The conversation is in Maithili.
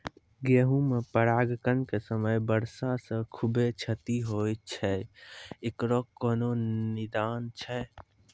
गेहूँ मे परागण के समय वर्षा से खुबे क्षति होय छैय इकरो कोनो निदान छै?